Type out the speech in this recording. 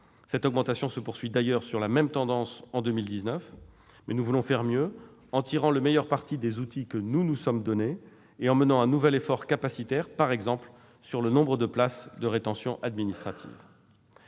Cette augmentation se poursuit d'ailleurs sur la même tendance en 2019. Mais nous voulons faire mieux, en tirant le meilleur parti des outils que nous nous sommes donnés et en menant un nouvel effort capacitaire, par exemple sur le nombre de places de rétention administrative.